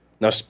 Now